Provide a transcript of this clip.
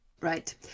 right